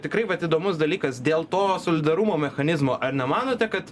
tikrai vat įdomus dalykas dėl to solidarumo mechanizmo ar nemanote kad